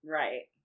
right